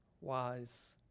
wise